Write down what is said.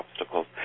obstacles